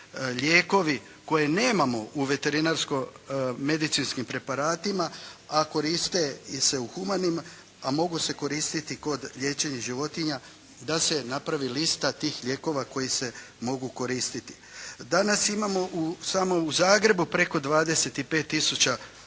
lijekovi koje nemamo u veterinarsko-medicinskim preparatima a koriste se u humanim, a mogu se koristiti kod liječenja životinja da se napravi lista tih lijekova koji se mogu koristiti. Danas imamo u, samo u Zagrebu preko 25